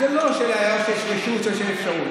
זה לא שאלה של לתת אפשרות.